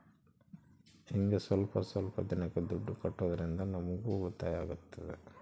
ಹಿಂಗ ಸ್ವಲ್ಪ ಸ್ವಲ್ಪ ದಿನಕ್ಕ ದುಡ್ಡು ಕಟ್ಟೋದ್ರಿಂದ ನಮ್ಗೂ ಉಳಿತಾಯ ಆಗ್ತದೆ